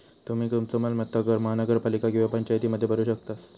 तुम्ही तुमचो मालमत्ता कर महानगरपालिका किंवा पंचायतीमध्ये भरू शकतास